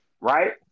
right